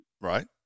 Right